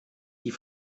die